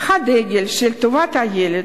הדגל של טובת הילד.